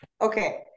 Okay